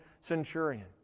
centurion